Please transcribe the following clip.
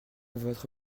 votre